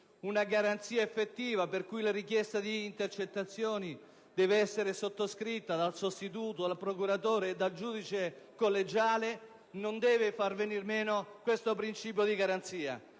una garanzia effettiva, per cui la richiesta di intercettazioni deve essere sottoscritta dal sostituto, dal procuratore e dal giudice collegiale, non deve far venir meno questo principio di garanzia.